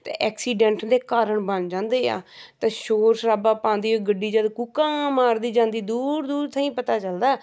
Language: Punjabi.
ਅਤੇ ਐਕਸੀਡੈਂਟ ਦੇ ਕਾਰਨ ਬਣ ਜਾਂਦੇ ਆ ਅਤੇ ਸ਼ੋਰ ਸ਼ਰਾਬਾ ਪਾਉਂਦੀ ਗੱਡੀ ਜਦ ਕੂਕਾਂ ਮਾਰਦੀ ਜਾਂਦੀ ਦੂਰ ਦੂਰ ਥਾਈਂ ਪਤਾ ਚਲਦਾ